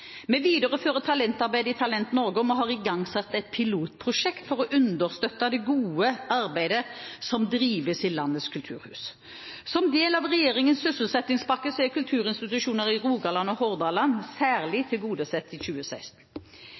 i Talent Norge, og vi har igangsatt et pilotprosjekt for å understøtte det gode arbeidet som drives i landets kulturhus. Som del av regjeringens sysselsettingspakke er kulturinstitusjoner i Rogaland og Hordaland særlig tilgodesett i 2016.